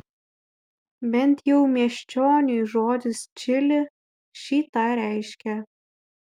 bent jau miesčioniui žodis čili šį tą reiškia